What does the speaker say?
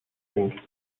think